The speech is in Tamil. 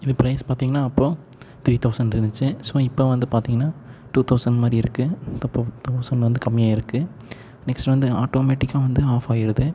இது ப்ரைஸ் பார்த்திங்கனா அப்போது த்ரீ தவுசண்ட் இருந்துச்சு ஸோ இப்போ வந்து பார்த்திங்கனா டூ தவுசண்ட் மாதிரி இருக்குது அப்பறம் தவுசண்ட் வந்து கம்மியாயிருக்குது நெக்ஸ்ட் வந்து ஆட்டோமேடிக்காக வந்து ஆஃப்பாயிருது